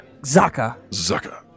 Zaka